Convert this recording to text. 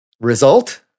result